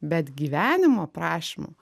bet gyvenimo aprašymu